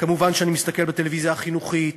וכמובן אני מסתכל בטלוויזיה החינוכית.